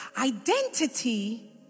Identity